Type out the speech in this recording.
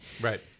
Right